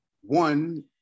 one